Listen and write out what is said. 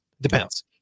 Depends